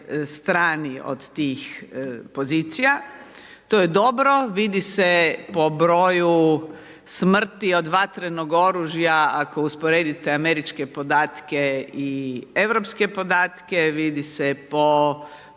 strani od tih pozicija. To je dobro. Vidi se po broju smrti od vatrenog oružja. Ako usporedite američke podatke i europske podatke, vidi se po